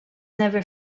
never